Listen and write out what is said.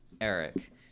eric